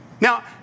Now